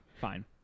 Fine